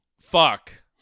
fuck